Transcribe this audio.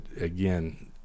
again